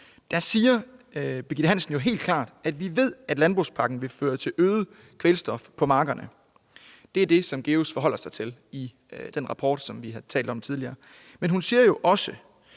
Der siger hun helt klart, at man ved, at landbrugspakken vil føre til øget kvælstof på markerne. Det er det, som GEUS forholder sig til i den rapport, som vi har talt om tidligere. Men hun siger jo også,